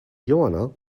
johanna